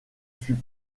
fut